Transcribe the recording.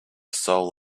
soul